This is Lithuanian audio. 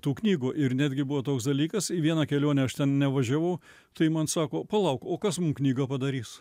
tų knygų ir netgi buvo toks dalykas į vieną kelionę aš ten nevažiavau tai man sako palauk o kas mum knygą padarys